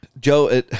Joe